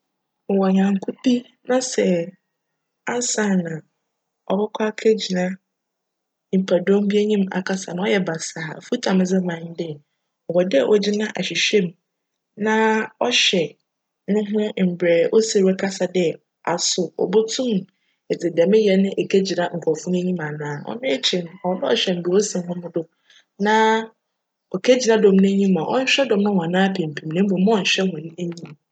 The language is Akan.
Mowc nyjnko bi na sj ansaana cbckc ekegyina nyimpadcm enyim akasa no cyj basaa a, afotu a medze bjma no nye dj, cwc dj ogyina ahwehwj mu na chwj no ho mbrj osi rekasa dj aso obotum dze djm yj no ekegyina nkorcfo no hcn enyim anaa. Cno ekyir no cwc dj chwj mbrj osi hu no do na okegyina dcm no enyim a, cnhwj dcm no hcn apempem na mbom ma cnhwj hcn enyim.